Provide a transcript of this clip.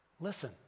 Listen